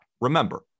Remember